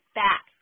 back